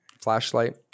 Flashlight